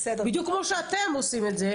בדיוק כמו שאתם עושים את זה,